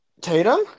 Tatum